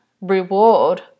reward